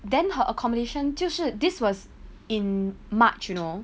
then her accommodation 就是 this was in march you know